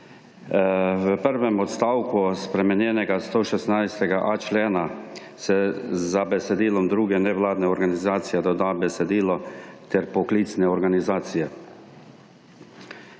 V prvem odstavku spremenjenega 116.a člena se za besedilom »druge nevladne organizacije« doda besedilo »ter poklicne organizacije«